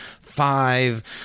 five